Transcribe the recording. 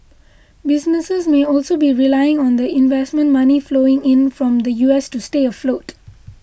businesses may also be relying on the investment money flowing in from the U S to stay afloat